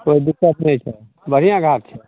कोई दिक्कत नहि छै बढ़िआँ घाट छै